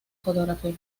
fotografía